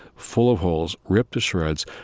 full of holes, ripped to shreds.